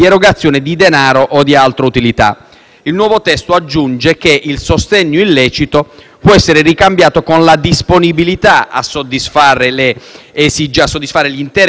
Il nuovo testo aggiunge che il sostegno illecito può essere ricambiato con la disponibilità a soddisfare gli interessi o le esigenze dell'associazione mafiosa.